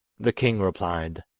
the king replied